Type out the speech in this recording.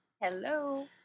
hello